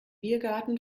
biergarten